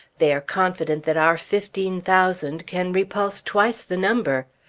they are confident that our fifteen thousand can repulse twice the number.